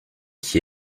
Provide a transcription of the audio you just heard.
qui